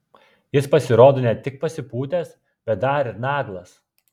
jis pasirodo ne tik pasipūtęs bet dar ir naglas